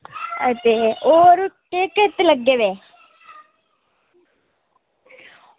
ते होर कित्त लग्गे दे